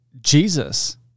Jesus